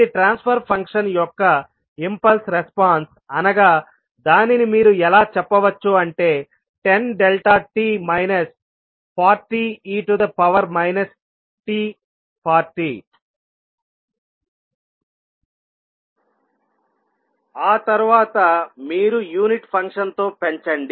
ఇది transfer function యొక్క impulse response అనగా దానిని మీరు ఎలా చెప్పవచ్చు అంటే 10 delta t minus 40 e to the power minus t 40 ఆ తర్వాత మీరు యూనిట్ ఫంక్షన్ తో పెంచండి